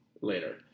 later